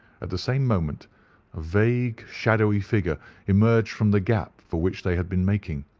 at the same moment a vague shadowy figure emerged from the gap for which they had been making,